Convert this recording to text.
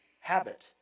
habit